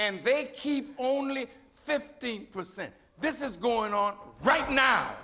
and they keep only fifteen percent this is going on right now